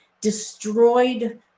destroyed